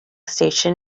station